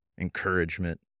encouragement